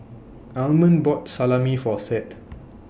Almond bought Salami For Seth